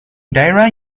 daerah